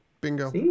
bingo